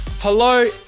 Hello